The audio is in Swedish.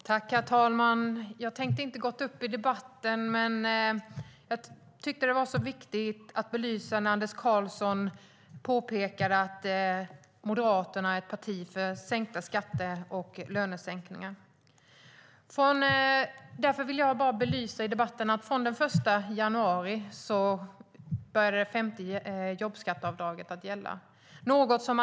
Herr talman! Jag tänkte inte gå upp i debatten, men när Anders Karlsson påpekade att Moderaterna är ett parti för sänkta skatter och lönesänkningar ville jag belysa att det femte jobbskatteavdraget började gälla den 1 januari.